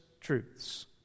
truths